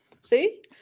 See